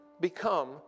become